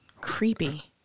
Creepy